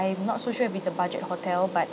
I'm not so sure if it's a budget hotel but